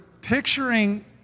picturing